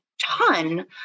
ton